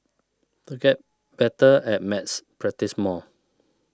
to get better at maths practise more